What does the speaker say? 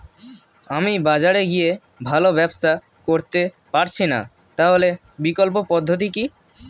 আমি বাজারে গিয়ে ভালো ব্যবসা করতে পারছি না তাহলে বিকল্প পদ্ধতি কি?